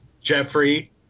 Jeffrey